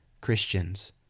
Christians